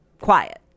quiet